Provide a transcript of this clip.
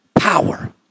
Power